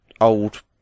old